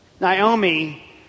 Naomi